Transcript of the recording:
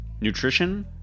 nutrition